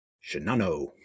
Shinano